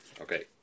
okay